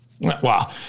Wow